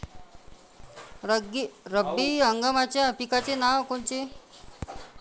रब्बी हंगामाच्या पिकाचे नावं कोनचे?